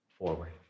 Forward